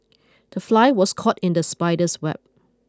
the fly was caught in the spider's web